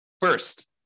First